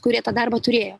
kurie tą darbą turėjo